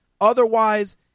Otherwise